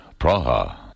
Praha